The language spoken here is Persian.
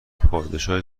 پادشاهی